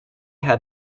had